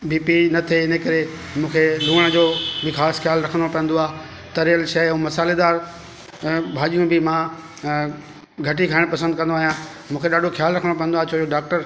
BP नथे इन करे मूंखे लूण जो बि ख़ासि ख़्यालु रखिणो पवंदो आहे तरियलु शइ ऐं मसालेदारु भाॼियूं बि मां घटि ई खाइणु पसंदि कंदो आहियां मूंखे ॾाढो ख़्यालु रखिणो पवंदो आहे छो जो डॉक्टर